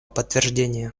подтверждения